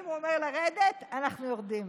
אם הוא אומר לרדת, אנחנו יורדים.